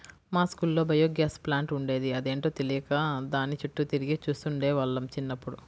మా స్కూల్లో biogas plant ఉండేది, అదేంటో తెలియక దాని చుట్టూ తిరిగి చూస్తుండే వాళ్ళం చిన్నప్పుడు